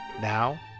Now